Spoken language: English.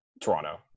Toronto